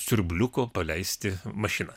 siurbliuko paleisti mašiną